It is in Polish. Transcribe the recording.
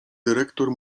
dyrektor